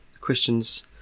questions